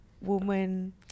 Woman